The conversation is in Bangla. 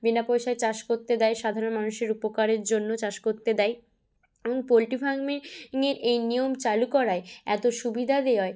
বিনা পয়সায় চাষ করতে দেয় সাধারণ মানুষের উপকারের জন্য চাষ করতে দেয় এবং পোলট্রি ফার্মে নিয়ে এই নিয়ম চালু করায় এত সুবিধা দেওয়ায়